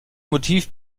motiv